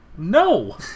No